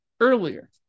earlier